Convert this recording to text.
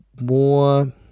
more